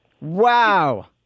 Wow